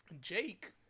Jake